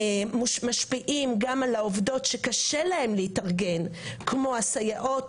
שמשפיעים גם על העובדות שקשה להן להתארגן - כמו הסייעות,